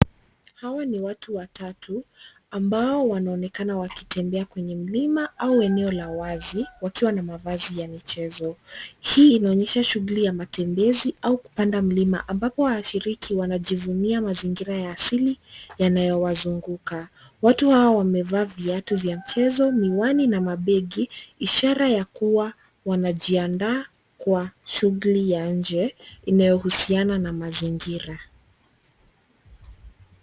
Hawa ni watu watatu ambao wanaonekana wakitembea kwenye mlima au eneo la wazi wakiwa na mavazi ya michezo. Hii inaonyesha shughuli ya matembezi au kupanda mlima ambapo washiriki wanajivunia mazingira ya asili yanayowazunguka. Watu hao wamevaa viatu vya mchezo, miwani na mabegi, ishara ya kuwa wanajiandaa kwa shughuli ya nje inayohusiana na mazingira.